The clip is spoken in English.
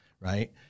right